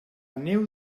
neu